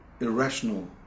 irrational